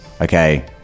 Okay